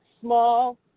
small